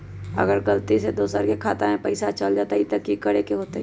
अगर गलती से दोसर के खाता में पैसा चल जताय त की करे के होतय?